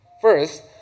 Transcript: First